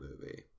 movie